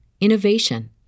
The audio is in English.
innovation